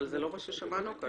זה לא מה ששמענו כאן,